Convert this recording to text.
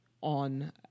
on